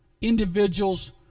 individuals